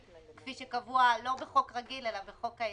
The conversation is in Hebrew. כפי שקבוע לא בחוק רגיל אלא בחוק-היסוד.